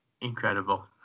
incredible